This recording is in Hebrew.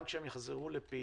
גם כשהם יחזרו לפעילות,